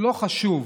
לא חשוב